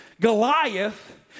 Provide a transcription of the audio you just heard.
Goliath